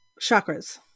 Chakras